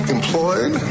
Employed